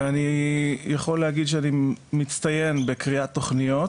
אני יכול להגיד שאני מצטיין בקריאת תוכניות,